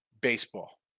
Baseball